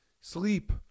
Sleep